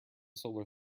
solar